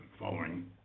following